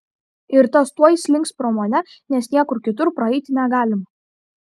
ir tas tuoj slinks pro mane nes niekur kitur praeiti negalima